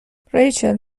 ریچل